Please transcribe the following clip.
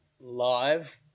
live